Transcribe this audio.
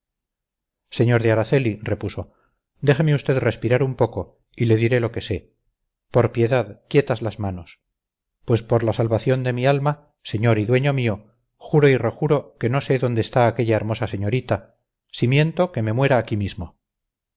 sr de araceli repuso déjeme usted respirar un poco y diré lo que sé por piedad quietas las manos pues por la salvación de mi alma señor y dueño mío juro y rejuro que no sé dónde está aquella hermosa señorita si miento que me muera aquí mismo